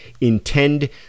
intend